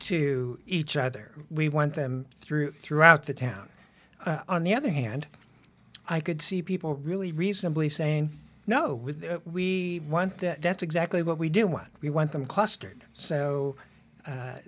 to each other we want them through throughout the town on the other hand i could see people really reasonably saying no we want that that's exactly what we do want we want them